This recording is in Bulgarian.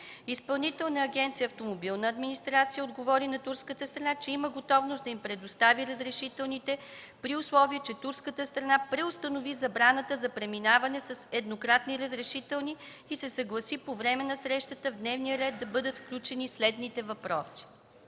Изпълнителна агенция „Автомобилна администрация” отговори на турската страна, че има готовност да им предостави разрешителните, при условие че турската страна преустанови забраната за преминаване с еднократни разрешителни и се съгласи по време на срещата в дневния ред да бъдат включени следните въпроси: